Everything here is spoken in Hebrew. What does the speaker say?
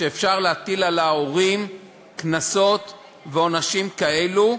שאפשר להטיל על ההורים קנסות ועונשים כאלו,